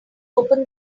open